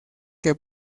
que